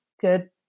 good